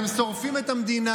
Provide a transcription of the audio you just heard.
שופטים,